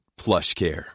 PlushCare